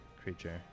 creature